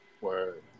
Word